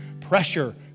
Pressure